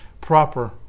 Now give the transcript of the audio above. proper